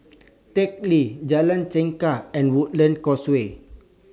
Teck Lee Jalan Chengkek and Woodlands Causeway